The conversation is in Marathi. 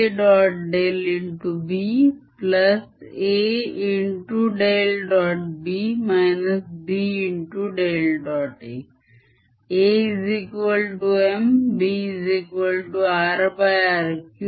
B B